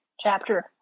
chapter